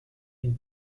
une